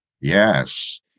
Yes